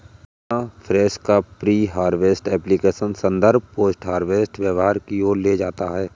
सिग्नाफ्रेश का pre harvest application आदर्श post harvest व्यवहार की ओर ले जाता है